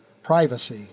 Privacy